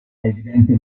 evidente